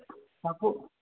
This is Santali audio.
ᱦᱟᱹᱠᱩ